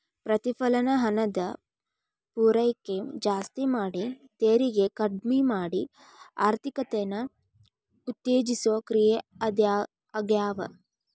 ಪ್ರತಿಫಲನ ಹಣದ ಪೂರೈಕೆ ಜಾಸ್ತಿ ಮಾಡಿ ತೆರಿಗೆ ಕಡ್ಮಿ ಮಾಡಿ ಆರ್ಥಿಕತೆನ ಉತ್ತೇಜಿಸೋ ಕ್ರಿಯೆ ಆಗ್ಯಾದ